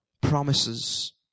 promises